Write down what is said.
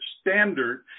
standard